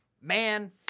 man